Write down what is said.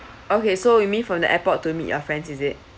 okay so you meant from the airport to meet your friends is it